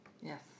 Yes